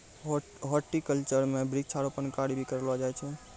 horticulture म वृक्षारोपण कार्य भी करलो जाय छै